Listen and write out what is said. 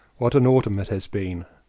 what an autumn it has been!